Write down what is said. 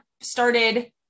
started